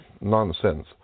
nonsense